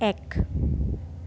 এক